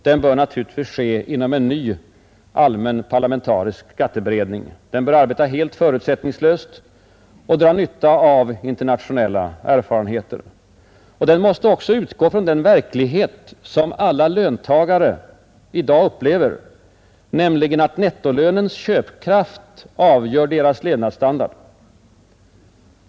Den bör naturligtvis ske inom en ny allmän parlamentarisk skatteberedning. Den bör arbeta helt förutsättningslöst och dra nytta av internationella erfarenheter. Den måste också utgå ifrån den verklighet som alla löntagare i dag upplever, nämligen att nettolönernas köpkraft avgör deras levnadsstandard.